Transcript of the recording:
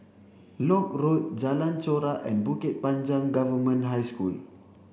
Lock Road Jalan Chorak and Bukit Panjang Government High School